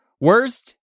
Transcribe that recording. worst